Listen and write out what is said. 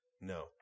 No